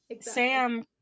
Sam